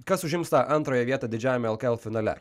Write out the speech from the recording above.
kas užims tą antrąją vietą didžiajame lkl finale